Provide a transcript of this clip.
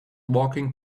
walking